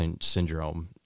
syndrome